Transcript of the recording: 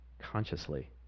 consciously